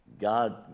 God